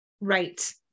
Right